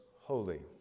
holy